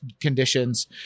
conditions